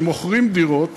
כשמוכרים דירות